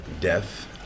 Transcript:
death